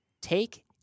Take